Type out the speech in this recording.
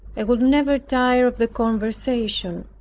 and would never tire of the conversation.